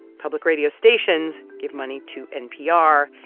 public radio stations give money to npr.